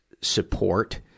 support